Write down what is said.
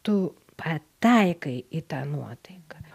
tu pataikai į tą nuotaiką